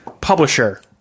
publisher